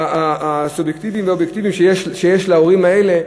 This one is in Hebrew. הסובייקטיביים והאובייקטיביים שיש להורים האלה.